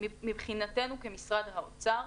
מבחינתנו כמשרד האוצר,